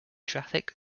traffic